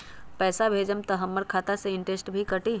पैसा भेजम त हमर खाता से इनटेशट भी कटी?